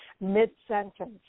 mid-sentence